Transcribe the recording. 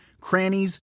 crannies